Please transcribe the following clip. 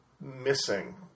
missing